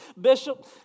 Bishop